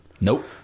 Nope